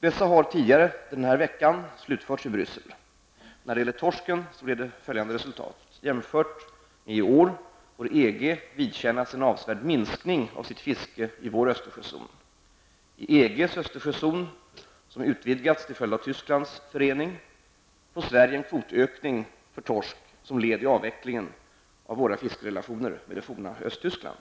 Dessa har tidigare denna vecka slutförts i Bryssel. När det gäller torsken blev resultatet följande. Jämfört med i år får EG vidkännas en avsevärd minskning av sitt fiske i vår Östersjözon. I EGs Östersjözon, som utvidgats till följd av Tysklands återförening, får Sverige en kvotökning för torsk som ett led i avvecklingen av våra fiskerelationer med det forna Östtyskland.